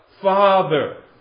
Father